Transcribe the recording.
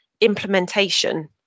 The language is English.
implementation